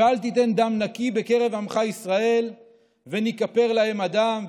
ואל תיתן דם נקי בקרב עמך ישראל וניכפר להם הדם,